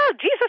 Jesus